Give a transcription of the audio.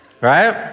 Right